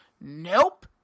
Nope